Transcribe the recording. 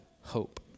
hope